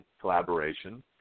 collaboration